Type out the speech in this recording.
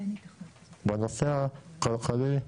בנושא הכלכלי,